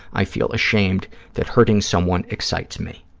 i feel ashamed that hurting someone excites me.